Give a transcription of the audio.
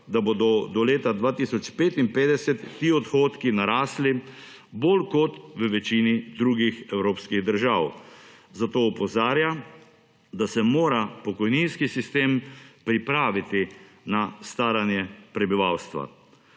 da bodo do leta 2055 ti odhodki narasli bolj kot v večini drugih evropskih držav. Zato opozarja, da se mora pokojninski sistem pripraviti na staranje prebivalstva.